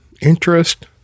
interest